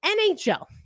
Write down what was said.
NHL